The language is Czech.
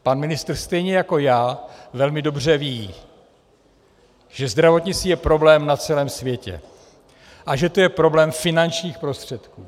Pan ministr stejně jako já velmi dobře ví, že zdravotnictví je problém na celém světě a že to je problém finančních prostředků.